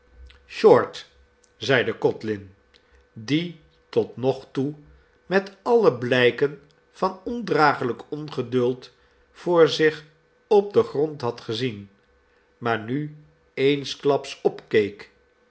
short zeide codlin die tot nog toe met alle blijken van ondragelijk ongeduld voor zich op den grond had gezien maar nu eensklaps opkeek